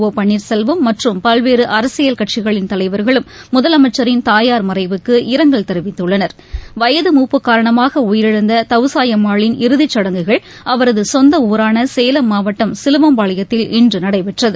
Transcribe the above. ஓ பள்ளீர்செல்வம் மற்றும் பல்வேறு அரசியல் கட்சிகளின் தலைவர்களும் முதலமைச்சின் தாயார் மறைவுக்கு இரங்கல் தெரிவித்துள்ளனா் வயது மூப்பு காரணமாக உயிரிழந்த தவுசாயம்மாளின் இறதிச் சடங்குகள் அவரது சொந்த ஊரான சேலம் மாவட்டம் சிலுவம்பாளையத்தில் இன்று நடைபெற்றது